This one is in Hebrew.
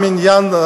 גם עניין,